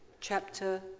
chapter